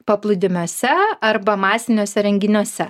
paplūdimiuose arba masiniuose renginiuose